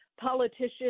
politicians